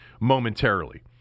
momentarily